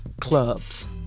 clubs